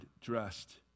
dressed